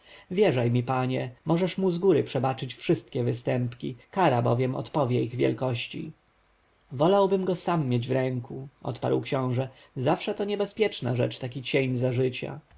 wierzaj mi panie możesz mu zgóry przebaczyć wszystkie występki kara bowiem odpowie ich wielkości wolałbym go sam mieć w rękach odparł książę zawsze to niebezpieczna rzecz taki cień za życia